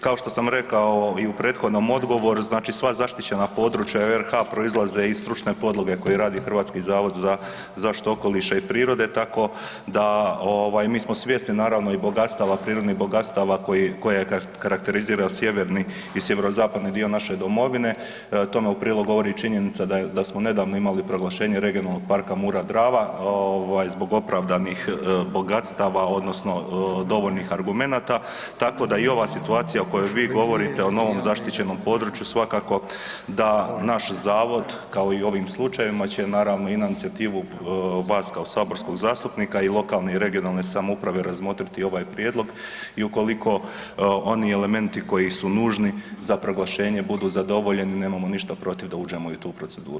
Kao što sam rekao i u prethodnom odgovoru, sva zaštićena područja u RH proizlaze iz stručne podloge koji radi Hrvatski zavod za zaštitu okoliša i prirode, tako da ovaj mi smo svjesni naravno i bogatstava, prirodnih bogatstava koje karakteriziraju sjeverni i sjeverozapadni dio naše domovine, tome u prilog govori i činjenica da smo nedavno imali proglašenje Regionalnog parka Mura – Drava ovaj zbog opravdanih bogatstava odnosno dovoljnih argumenata, tako da i ova situacija o kojoj vi govorite o novom zaštićenom području svakako da naš zavod kao i u ovim slučajevima će naravno i na inicijativu vas kao saborskog zastupnika i lokalne i regionalne samouprave razmotriti ovaj prijedlog i ukoliko oni elementi koji su nužni za proglašenje budu zadovoljeni nemamo ništa protiv da uđemo i u tu proceduru.